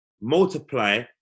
multiply